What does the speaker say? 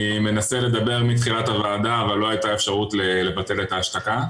אני מנסה לדבר מתחילת הוועדה אבל לא הייתה אפשרות לבטל את ההשתקה.